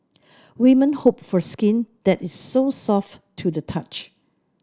women hope for skin that is so soft to the touch